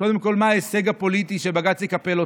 קודם כול, מה ההישג הפוליטי שבג"ץ יקפל אותך?